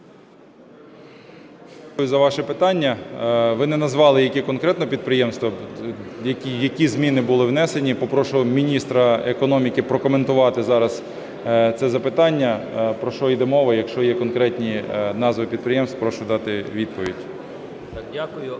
Дякую за ваше питання. Ви не назвали, які конкретно підприємства, які зміни були внесені. Попрошу міністра економіки прокоментувати зараз це запитання, про що іде мова. Якщо є конкретні назви підприємств, прошу дати відповідь.